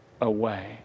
away